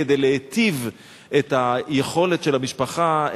כדי להיטיב את היכולת של המשפחה,